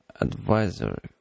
Advisor